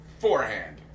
forehand